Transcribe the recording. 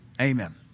Amen